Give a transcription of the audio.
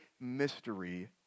mystery